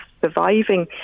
surviving